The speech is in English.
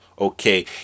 okay